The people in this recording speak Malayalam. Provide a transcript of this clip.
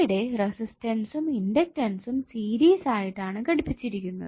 അവിടെ രസിസ്റ്റൻസും ഇണ്ടക്ടസിന്സും സീരിസായിട്ട് ഘടിപ്പിച്ചിരിക്കുന്നു